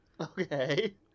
Okay